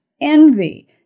envy